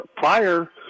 fire